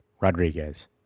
Rodriguez